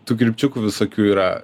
tų kirpčiukų visokių yra